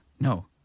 No